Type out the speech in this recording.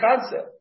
concept